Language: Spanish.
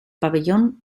pabellón